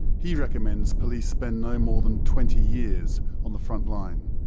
he recommends police spend no more than twenty years on the front-line.